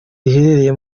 riherereye